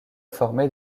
former